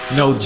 no